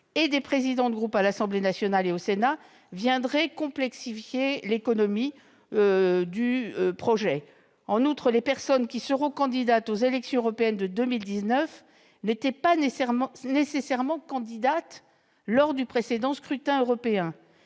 et des présidents de groupe à l'Assemblée nationale et au Sénat viendrait complexifier l'économie du projet. En outre, les personnes qui seront candidates aux élections européennes de 2019 ne l'étaient pas nécessairement lors du précédent scrutin européen